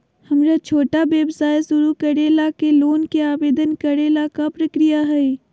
हमरा छोटा व्यवसाय शुरू करे ला के लोन के आवेदन करे ल का प्रक्रिया हई?